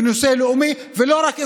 ונושא לאומי ולא רק אזרחי,